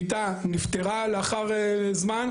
ביתה נפטרה לאחר זמן,